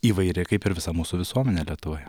įvairi kaip ir visa mūsų visuomenė lietuvoje